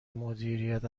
مدیریت